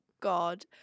God